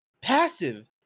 passive